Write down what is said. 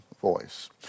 voice